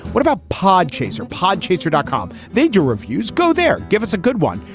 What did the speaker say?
what about pod chaser? pod chaser, dot com. they do reviews. go there, give us a good one.